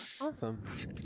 Awesome